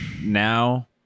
now